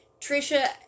Trisha